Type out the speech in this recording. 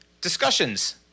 discussions